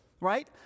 right